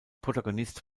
protagonist